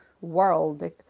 world